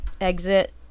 exit